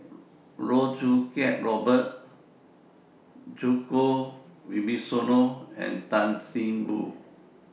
Loh Choo Kiat Robert Djoko Wibisono and Tan See Boo